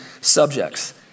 subjects